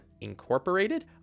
Incorporated